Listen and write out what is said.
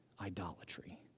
idolatry